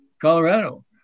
Colorado